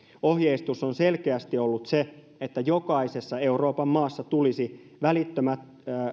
ohjeistus on selkeästi ollut se että jokaisessa euroopan maassa tulisi välittömästi